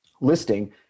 listing